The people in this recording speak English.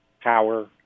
power